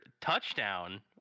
touchdown